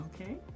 okay